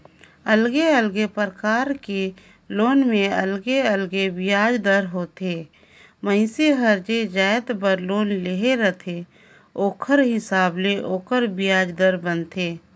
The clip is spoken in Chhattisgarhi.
अलगे अलगे परकार के लोन में अलगे अलगे बियाज दर ह होथे, मइनसे हर जे जाएत बर लोन ले रहथे ओखर हिसाब ले ओखर बियाज दर बनथे